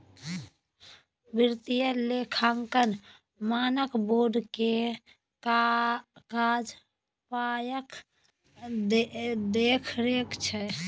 वित्तीय लेखांकन मानक बोर्ड केर काज पायक देखरेख छै